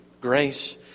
grace